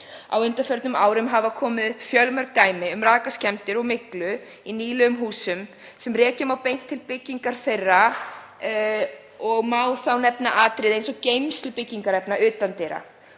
Á undanförnum árum hafa komið upp fjölmörg dæmi um rakaskemmdir og myglu í nýlegum húsum sem rekja má beint til byggingar þeirra og má þá nefna atriði eins og geymslu byggingarefna utan dyra